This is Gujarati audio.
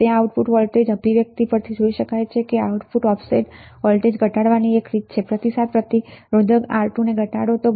તે આઉટપુટ વોલ્ટેજ અભિવ્યક્તિ પરથી જોઈ શકાય છે કે આઉટપુટ ઓફસેલ વોલ્ટેજ ઘટાડવાની એક રીત છે પ્રતિસાદ પ્રતિરોધક ઘટાડવું